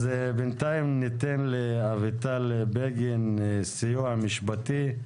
בינתיים ניתן לאביטל בגין מהסיוע המשפטי,